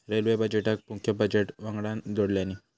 railway बजेटका मुख्य budget वंगडान जोडल्यानी